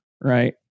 right